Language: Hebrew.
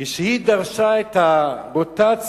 כשהיא דרשה את הרוטציה,